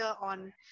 on